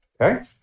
okay